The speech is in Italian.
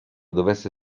dovesse